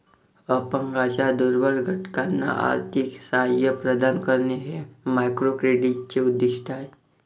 अपंगांच्या दुर्बल घटकांना आर्थिक सहाय्य प्रदान करणे हे मायक्रोक्रेडिटचे उद्दिष्ट आहे